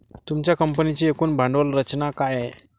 तुमच्या कंपनीची एकूण भांडवल रचना काय आहे?